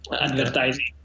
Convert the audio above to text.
advertising